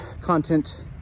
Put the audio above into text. content